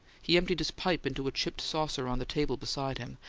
he emptied his pipe into a chipped saucer on the table beside him,